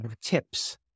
tips